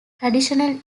traditional